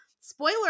spoiler